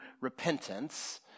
repentance